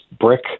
brick